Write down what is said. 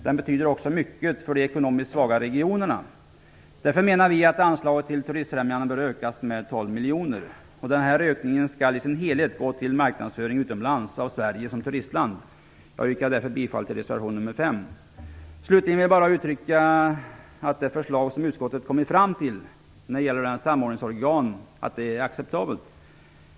Den betyder mycket för de ekonomiskt svaga regionerna. Därför menar vi att anslag till Turistfrämjandet bör ökas med 12 miljoner. Den ökningen skall i sin helhet gå till marknadsföring utomlands av Sverige som turistland. Jag yrkar därför bifall till reservation nr 5. Slutligen vill jag bara uttrycka att det förslag som utskottet kommit fram till när det gäller ett samordningsorgan är acceptabelt.